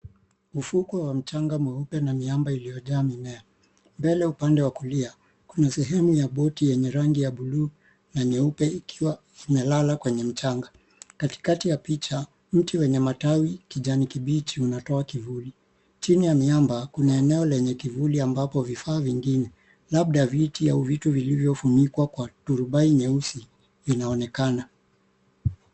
Ufukwe wa mchanga mweupe na miamba iliyojaa mimea mbele upande wa kulia ,kuna sehemu ya boti yenye rangi ya bluu na nyeupe ikiwaimelala kwenye mchanga. Katikati ya picha, mti wenye matawi kijani kibichi unatoa kivuli, chini ya miamba kuna eneo lenye kivuli ambapo vifaa vingine. Labda viti ama vitu vilivyofunikwa kwa turubai nyeusi vinaonekana.